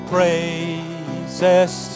Praises